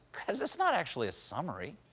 because it's not actually a summary.